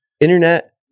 internet